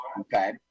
okay